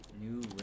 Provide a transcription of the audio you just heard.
New